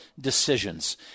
decisions